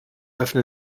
öffnen